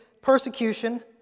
persecution